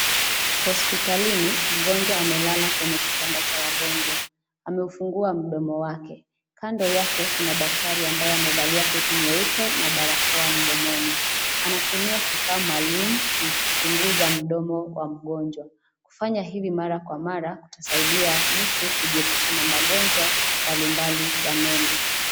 Hospitalini, mgonjwa amelala kwenye kitanda cha wagonjwa. Ameufungua mdomo wake. Kando yake, kuna daktari ambaye amevalia koti nyeupe, na barakoa mdomoni. Anatumia kifaa maalumu kuchunguza mdomo wa mgonjwa. Kufanya hivi mara kwa mara, kutasaidia mtu kujiepusha na magonjwa mbalimbali ya meno.